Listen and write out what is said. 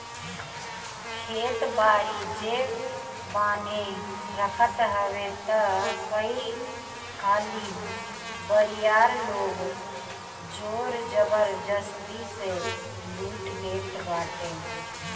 खेत बारी जे बान्हे रखत हवे तअ कई हाली बरियार लोग जोर जबरजस्ती से लूट लेट बाटे